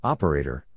Operator